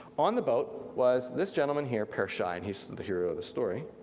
on the boat was this gentleman here, per schei, and he's the hero of the story.